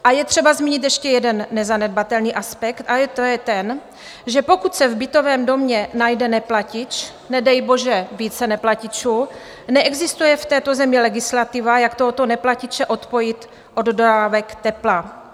A je třeba zmínit ještě jeden nezanedbatelný aspekt a to je ten, že pokud se v bytovém domě najde neplatič, nedej bože více neplatičů, neexistuje v této zemi legislativa, jak tohoto neplatiče odpojit od dodávek tepla.